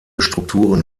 strukturen